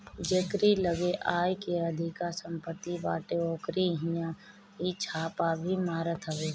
जेकरी लगे आय से अधिका सम्पत्ति बाटे ओकरी इहां इ छापा भी मारत हवे